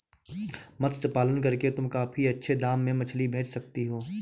मत्स्य पालन करके तुम काफी अच्छे दाम में मछली बेच सकती हो